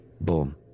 boom